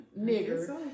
nigger